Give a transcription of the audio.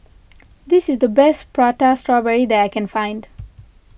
this is the best Prata Strawberry that I can find